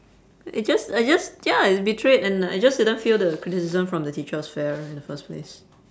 it just I just ya betrayed and I just didn't feel the criticism from the teacher was fair in the first place